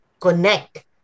connect